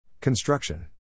Construction